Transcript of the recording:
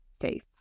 faith